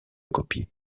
copier